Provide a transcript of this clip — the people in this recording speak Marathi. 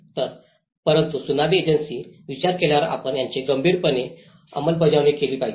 तर परंतु त्सुनामी एजन्सींनी विचार केल्यावर आपण याची गंभीरपणे अंमलबजावणी केली पाहिजे